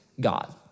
God